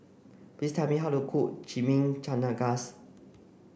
please tell me how to cook Chimichangas